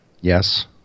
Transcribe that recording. Yes